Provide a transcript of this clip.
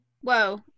Whoa